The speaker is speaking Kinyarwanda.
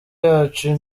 yacu